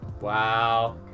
wow